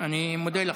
אני מודה לך.